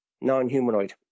non-humanoid